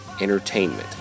Entertainment